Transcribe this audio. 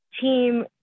team